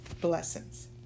Blessings